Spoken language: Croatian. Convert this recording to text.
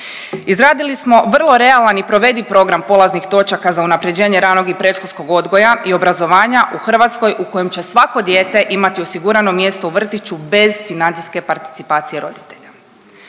Izradili smo vrlo realan i provediv program polaznih točaka za unaprjeđenje ranog i predškolskog odgoja i obrazovanja u Hrvatskoj u kojem će svako dijete imati osigurano mjesto u vrtiću bez financijske participacije roditelja.